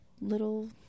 little